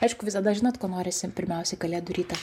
aišku visada žinot ko norisi pirmiausiai kalėdų rytą